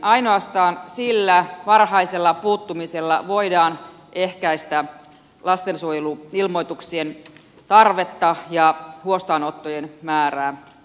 ainoastaan sillä varhaisella puuttumisella voidaan ehkäistä lastensuojeluilmoituksien tarvetta ja huostaanottojen määrää